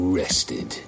rested